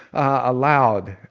allowed?